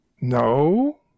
No